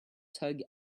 tug